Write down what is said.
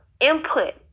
input